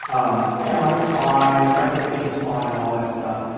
um yeah, money is fine, and recognition is fine and all that stuff.